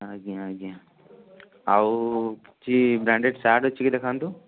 ଆଜ୍ଞା ଆଜ୍ଞା ଆଉ କିଛି ବ୍ରାଣ୍ଡେଡ଼ ସାର୍ଟ୍ ଅଛି କି ଦେଖାନ୍ତୁ